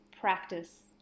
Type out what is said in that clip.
practice